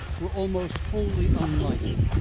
were almost wholly unlighted.